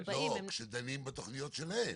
הם באים -- לא, כשדנים בתכניות שלהם.